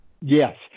yes